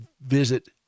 visit